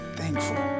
thankful